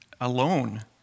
alone